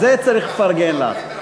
ועל זה צריך לפרגן לה.